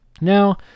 Now